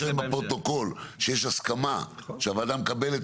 נאמר לפרוטוקול שיש הסכמה והוועדה מקבלת